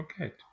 Okay